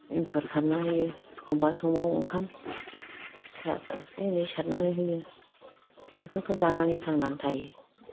इंखुर सारना होयो एखमबा समाव ओंखाम सार एसे एनै सारनानै होयो बेफोरखौ जानानै थांनानै थायो